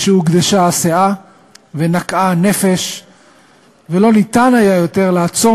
משהוגדשה הסאה ונקעה הנפש ולא ניתן היה יותר לעצום